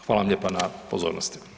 Hvala vam lijepa na pozornosti.